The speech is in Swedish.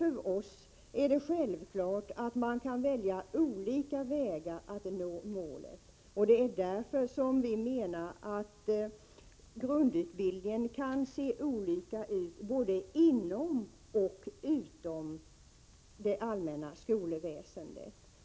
För oss är det självklart att man kan välja olika vägar att nå målet, och det är därför vi menar att grundutbildningen kan se olika ut både inom och utom det allmänna skolsystemet.